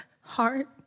heart